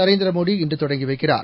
நரேந்திரமோடி இன்று தொடங்கி வைக்கிறார்